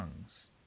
tongues